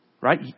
right